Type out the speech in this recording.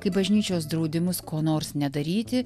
kaip bažnyčios draudimus ko nors nedaryti